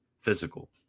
physical